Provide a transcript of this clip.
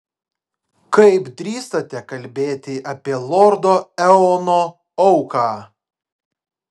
kaip drįstate kalbėti apie lordo eono auką